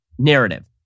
Narrative